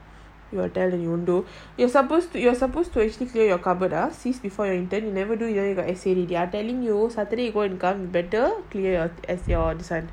you're supposed you're supposed to actually create your cardboard ah sis before your intern you never finish already ah I telling you saturday going to come you better clear your this one